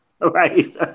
Right